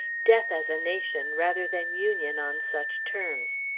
death as a nation, rather than union on such terms.